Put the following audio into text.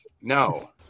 no